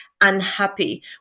unhappy